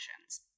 actions